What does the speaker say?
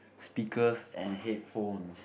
speakers and headphones